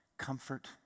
Comfort